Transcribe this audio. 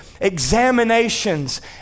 examinations